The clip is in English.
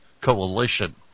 Coalition